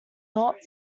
not